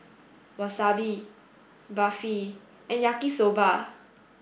Wasabi Barfi and Yaki Soba